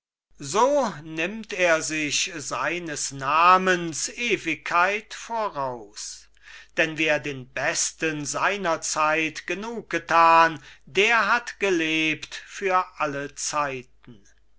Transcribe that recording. so nimmt er sich seines namens ewigkeit voraus denn wer den besten seiner zeit genug getan der hat gelebt für alle zeiten